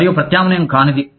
మరియు ప్రత్యామ్నాయం కానిది